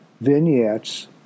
vignettes